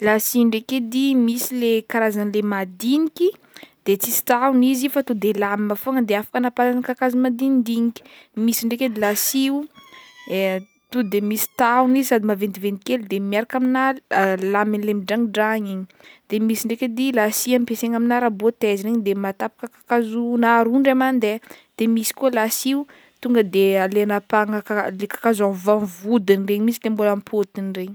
Lasy ndraky edy misy le karazan'le madiniky de tsisy tahony izy fa to de lame, fogna de afaka anapahagna kakazo madinidiniky misy ndraiky edy lasy o to de misy tahony sady maventiventy kely de miaraka amina lame a le midragnidragny igny de misy ndraiky edy lasy ampiasaigna amina raboteuse regny de mahatapaka kakazo na roa indray mandeha de misy koa lasy o tonga de leha anapahagna kak- le kakazo avy am'vodiny mihintsy le mbôla ampôtony regny.